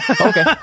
Okay